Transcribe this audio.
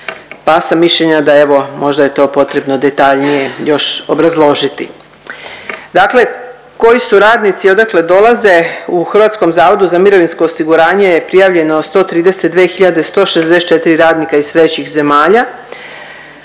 pa sam mišljenja da evo možda je to potrebno detaljnije još obrazložiti. Dakle, koji su radnici i odakle dolaze u HZMO je prijavljeno 132164 radnika iz trećih zemalja.